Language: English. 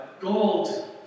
Gold